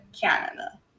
Canada